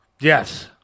Yes